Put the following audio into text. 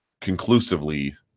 conclusively